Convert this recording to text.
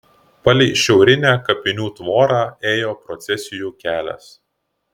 palei šiaurinę kapinių tvorą ėjo procesijų kelias